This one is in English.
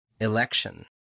election